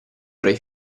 avrai